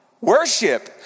Worship